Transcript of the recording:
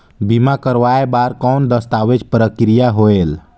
बीमा करवाय बार कौन दस्तावेज प्रक्रिया होएल?